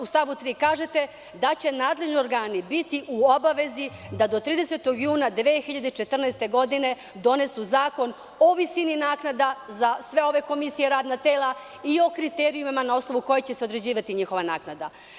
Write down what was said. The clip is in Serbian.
U stavu 3. kažete da će nadležni organi biti u obavezi da do 30. juna 2014. godine donesu zakon o visini naknada za sve ove komisije, radna tela i kriterijume na osnovu kojih će se određivati njihova naknada.